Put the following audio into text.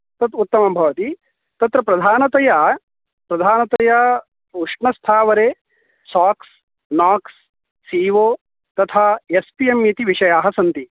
तत् उतत्मं भवति तत् प्रधानतया प्रधानतया उष्णस्थावरे साक्स् नाक्स् सी वो तथा एस् पि एम् इति विषयाः सन्ति